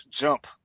jump